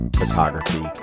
photography